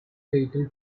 fatal